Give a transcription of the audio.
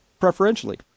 preferentially